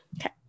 Okay